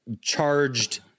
charged